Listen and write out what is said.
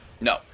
No